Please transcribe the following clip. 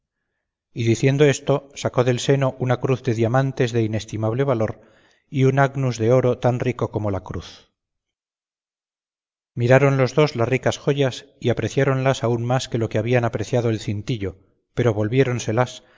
y diciendo esto sacó del seno una cruz de diamantes de inestimable valor y un agnus de oro tan rico como la cruz miraron los dos las ricas joyas y apreciáronlas aún más que lo que habían apreciado el cintillo pero